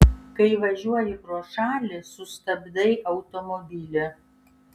kai važiuoji pro šalį sustabdai automobilį